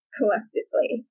Collectively